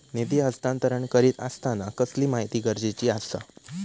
निधी हस्तांतरण करीत आसताना कसली माहिती गरजेची आसा?